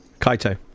kaito